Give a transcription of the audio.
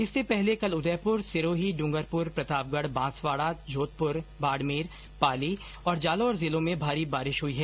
इससे पहले कल उदयपुर सिरोही डूंगरपुर प्रतापगढ़ बांसवाड़ा जोधपुर बाड़मेर पाली और जालौर जिलों में भारी बारिश हुई है